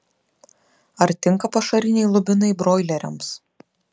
ar tinka pašariniai lubinai broileriams